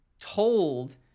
told